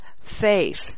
faith